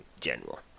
general